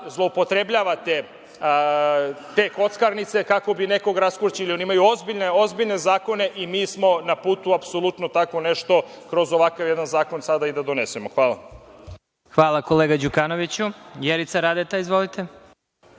da zloupotrebljavate te kockarnice kako bi nekog raskućili. Oni imaju ozbiljne zakone i mi smo na putu apsolutno tako nešto kroz ovakav jedan zakon, sada i da donesemo. Hvala. **Vladimir Marinković** Hvala, kolega